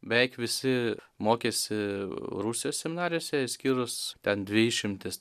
beveik visi mokėsi rusijos seminarijose išskyrus ten dvi išimtis